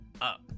up